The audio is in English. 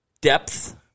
depth